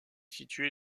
situé